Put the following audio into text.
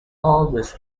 always